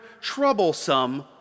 troublesome